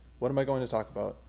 what am i going to talk about?